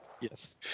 Yes